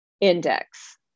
index